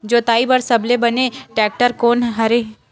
जोताई बर सबले बने टेक्टर कोन हरे?